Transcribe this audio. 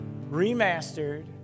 remastered